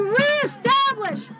reestablish